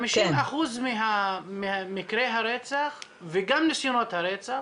50% ממקרי הרצח וגם ניסיונות הרצח